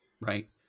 right